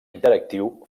interactiu